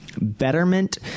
Betterment